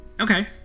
okay